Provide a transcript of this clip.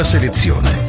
selezione